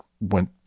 went